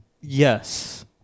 Yes